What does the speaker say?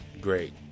great